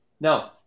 No